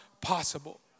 possible